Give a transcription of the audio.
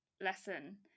lesson